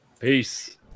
Peace